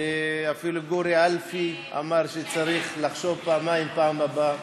אפילו גורי אלפי אמר שצריך לחשוב פעמיים בפעם הבאה.